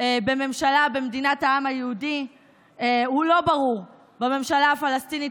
בממשלה במדינת העם היהודי הוא לא ברור בממשלה הפלסטינית